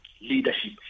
leadership